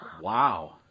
Wow